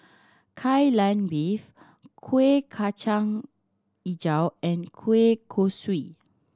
Kai Lan Beef Kuih Kacang Hijau and kueh kosui